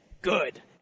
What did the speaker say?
good